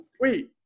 Wait